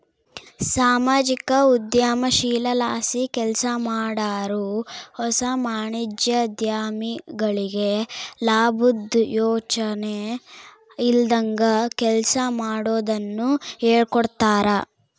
ಸಾಮಾಜಿಕ ಉದ್ಯಮಶೀಲತೆಲಾಸಿ ಕೆಲ್ಸಮಾಡಾರು ಹೊಸ ವಾಣಿಜ್ಯೋದ್ಯಮಿಗಳಿಗೆ ಲಾಬುದ್ ಯೋಚನೆ ಇಲ್ದಂಗ ಕೆಲ್ಸ ಮಾಡೋದುನ್ನ ಹೇಳ್ಕೊಡ್ತಾರ